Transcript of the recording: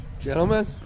Gentlemen